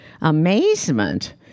amazement